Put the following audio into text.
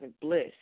bliss